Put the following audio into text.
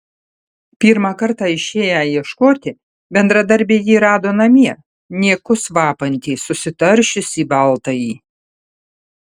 pirmą kartą išėję ieškoti bendradarbiai jį rado namie niekus vapantį susitaršiusį baltąjį